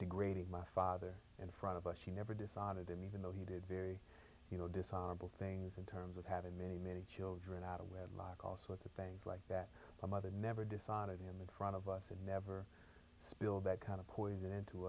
degrading my father in front of us she never decided to me even though he did very you know dishonorable things in terms of having many many children out of wedlock all sorts of things like that my mother never decided in the front of us and never spilled that kind of poison into